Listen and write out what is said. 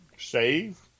save